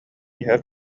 иһэр